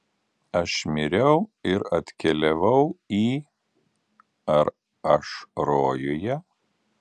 aš miriau ir atkeliavau į ar aš rojuje